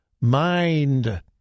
mind